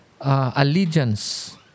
allegiance